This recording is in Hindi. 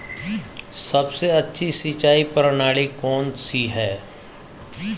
सबसे अच्छी सिंचाई प्रणाली कौन सी है?